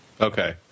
Okay